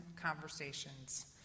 conversations